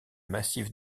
massif